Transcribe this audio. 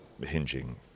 hinging